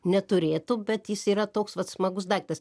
neturėtų bet jis yra toks vat smagus daiktas